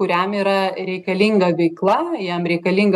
kuriam yra reikalinga veikla jam reikalinga